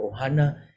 Ohana